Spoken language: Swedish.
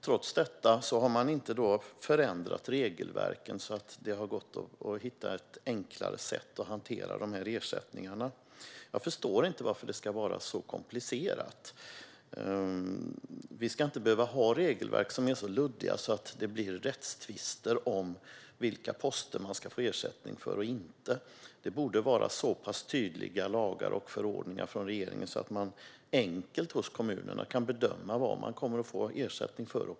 Trots detta har man inte förändrat regelverken och hittat enklare sätt att hantera ersättningarna. Jag förstår inte varför det ska vara så komplicerat. Vi ska inte behöva ha luddiga regelverk som leder till rättstvister om vilka poster man ska få ersättning för eller inte. Lagar och förordningar från regeringen borde vara så pass tydliga att kommunerna enkelt kan bedöma vad de kommer att få ersättning för.